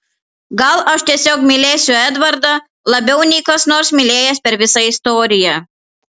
gal aš tiesiog mylėsiu edvardą labiau nei kas nors mylėjęs per visą istoriją